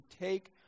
take